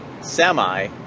semi